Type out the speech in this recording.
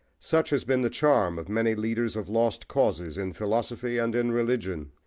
such has been the charm of many leaders of lost causes in philosophy and in religion.